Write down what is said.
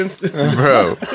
Bro